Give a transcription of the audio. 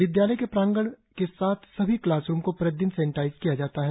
विद्यालय के प्रांगण के साथ सभी क्लासरुम को प्रतिदिन सेनेटाइज किया जाता है